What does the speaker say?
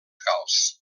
gals